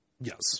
Yes